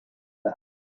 them